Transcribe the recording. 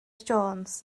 jones